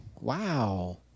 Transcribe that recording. Wow